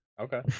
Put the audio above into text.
okay